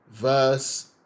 verse